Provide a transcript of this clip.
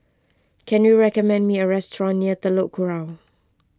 can you recommend me a restaurant near Telok Kurau